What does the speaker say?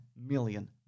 million